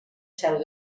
seu